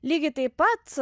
lygiai taip pat